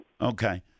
Okay